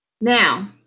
Now